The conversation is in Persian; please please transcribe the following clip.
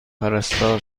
پرستار